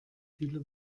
viele